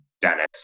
dennis